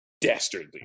Dastardly